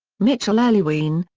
mitchell earlywine,